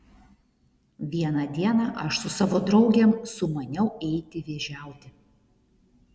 vieną dieną aš su savo draugėm sumaniau eiti vėžiauti